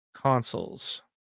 consoles